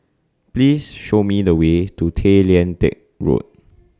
Please Show Me The Way to Tay Lian Teck Road